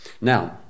Now